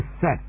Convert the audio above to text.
set